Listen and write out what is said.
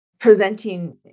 Presenting